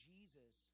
Jesus